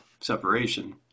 separation